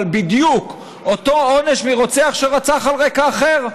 אבל בדיוק אותו עונש כמו רוצח שרצח על רקע אחר,